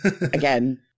Again